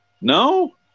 No